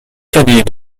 cadet